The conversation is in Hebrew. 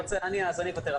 אז אני אוותר.